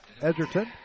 Edgerton